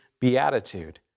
beatitude